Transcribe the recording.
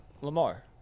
Lamar